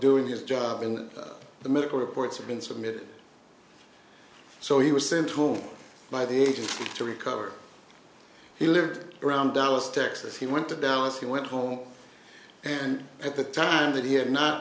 doing his job and the medical reports have been submitted so he was sent home by the agency to recover he lived around dallas texas he went to dallas he went home and at the time that he had not